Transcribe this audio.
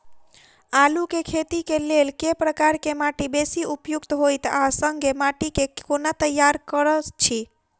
आलु केँ खेती केँ लेल केँ प्रकार केँ माटि बेसी उपयुक्त होइत आ संगे माटि केँ कोना तैयार करऽ छी?